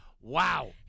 Wow